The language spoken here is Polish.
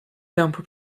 tępo